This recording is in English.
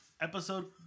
episode